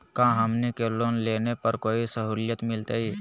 का हमनी के लोन लेने पर कोई साहुलियत मिलतइ?